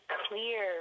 clear